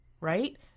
right